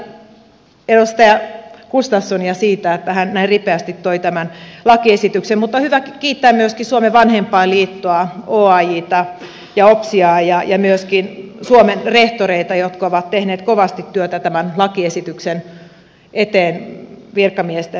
kiitän vielä edustaja gustafssonia siitä että hän näin ripeästi toi tämän lakiesityksen mutta on hyvä kiittää myöskin suomen vanhempainliittoa oajtä opsiaa ja myöskin suomen rehtoreita jotka ovat tehneet kovasti työtä tämän lakiesityksen eteen virkamiesten lisäksi